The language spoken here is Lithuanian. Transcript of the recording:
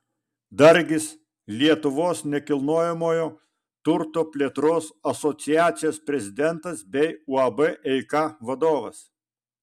dargis lietuvos nekilnojamojo turto plėtros asociacijos prezidentas bei uab eika vadovas